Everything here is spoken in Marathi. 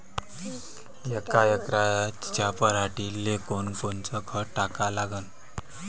यका एकराच्या पराटीले कोनकोनचं खत टाका लागन?